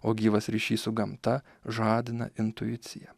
o gyvas ryšys su gamta žadina intuiciją